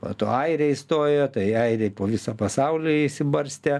po to airija įstojo tai airiai po visą pasaulį išsibarstė